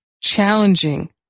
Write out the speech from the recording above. challenging